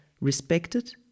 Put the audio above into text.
respected